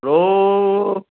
ৰৌ